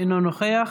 אינו נוכח.